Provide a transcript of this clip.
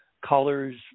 colors